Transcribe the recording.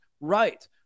right